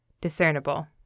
discernible